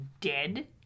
dead